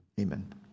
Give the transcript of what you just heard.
amen